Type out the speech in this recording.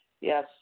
Yes